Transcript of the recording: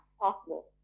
possible